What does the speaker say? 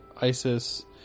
Isis